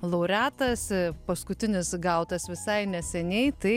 laureatas paskutinis gautas visai neseniai tai